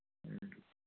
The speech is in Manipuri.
ꯎꯝ